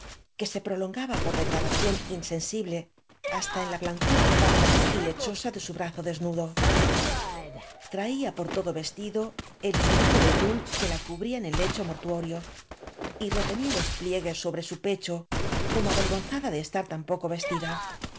que se proion gaba por degradación insensible hasta en la blan cura opaca y lechosa de su brazo desnudo traía por todo vestido el sudario de tul que la cubría en el lecho mortuorio y retenía los pliegues so bre su pecho como avergonzada de estar tan poco vestida